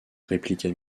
répliqua